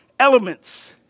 Elements